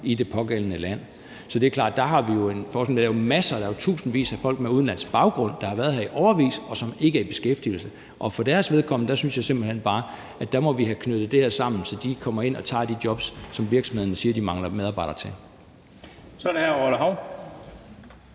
i det pågældende land. Så det er klart, at der har vi jo en ting. Der er tusindvis af folk med udenlandsk baggrund, der har været her i årevis, og som ikke er i beskæftigelse, og for deres vedkommende synes jeg simpelt hen bare, at vi må have knyttet det her sammen, så de kommer ind og tager de jobs, som virksomhederne siger de mangler medarbejdere til. Kl. 11:44 Den